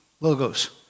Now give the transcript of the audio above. logos